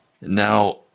Now